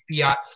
fiat